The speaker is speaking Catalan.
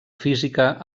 física